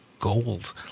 gold